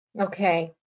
Okay